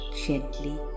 gently